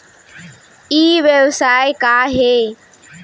ई व्यवसाय का हे?